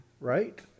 Right